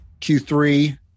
Q3